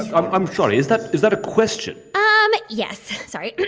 i'm i'm sorry. is that is that a question? um yes, sorry.